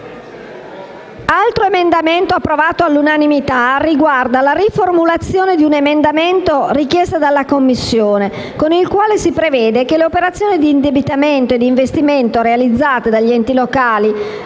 altro emendamento approvato all'unanimità trae origine dalla riformulazione di un emendamento richiesto dalla Commissione, con il quale si prevede che le operazioni di indebitamento e d'investimento, realizzate dagli enti locali